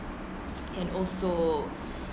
and also